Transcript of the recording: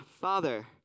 Father